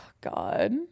God